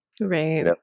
right